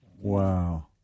Wow